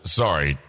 sorry